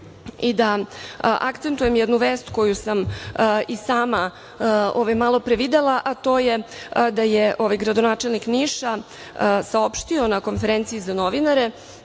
i da akcentujem jednu vest koju sam i sama malo pre videla, a to je da je gradonačelnik Niša saopštio na konferenciji za novinare